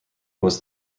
was